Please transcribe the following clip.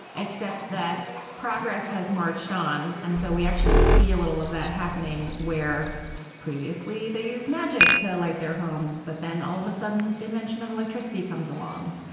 except that progress has marched on. and so we actually see a little of that happening where previously they used magic to light their homes. but then all of a sudden invention of electricity comes along.